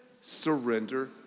surrender